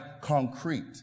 concrete